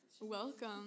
welcome